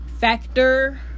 factor